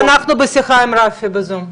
אז אנחנו בשיחה עם רפי בזום.